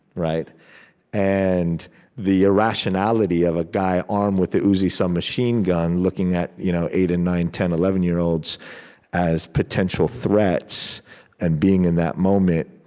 and the irrationality of a guy armed with an uzi submachine gun, looking at you know eight and nine, ten, eleven year olds as potential threats and being in that moment,